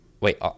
Wait